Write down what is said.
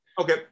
okay